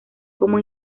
como